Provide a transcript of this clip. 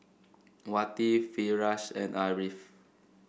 Wati Firash and Ariff